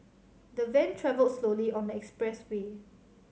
the van travelled slowly on the expressway